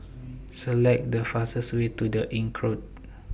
Select The fastest Way to The Inncrowd